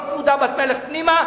כל כבודה בת מלך פנימה,